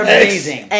amazing